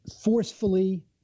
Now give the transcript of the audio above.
forcefully